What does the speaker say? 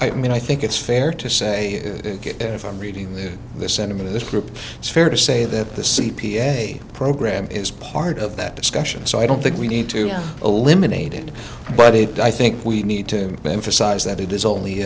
i mean i think it's fair to say if i'm reading this the sentiment in this group it's fair to say that the c p a program is part of that discussion so i don't think we need to eliminate it but it died i think we need to emphasize that it is only